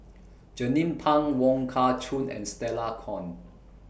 Jernnine Pang Wong Kah Chun and Stella Kon